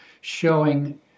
showing